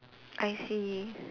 I see